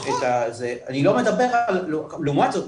לעומת זאת,